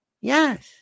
Yes